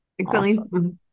Excellent